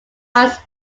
ones